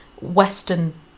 western